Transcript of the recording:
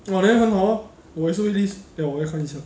!wah! then 很好 lor 我也是 wait list 等一下我要看一下